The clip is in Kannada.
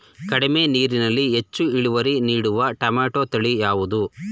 ಕಡಿಮೆ ನೀರಿನಲ್ಲಿ ಹೆಚ್ಚು ಇಳುವರಿ ನೀಡುವ ಟೊಮ್ಯಾಟೋ ತಳಿ ಯಾವುದು?